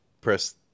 Press